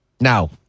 Now